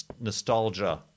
nostalgia